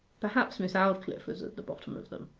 perhaps miss aldclyffe was at the bottom of them.